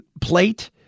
plate